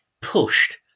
pushed